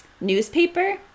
newspaper